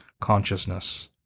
consciousness